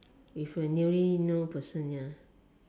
if you really no person ya